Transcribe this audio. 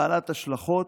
בעלת השלכות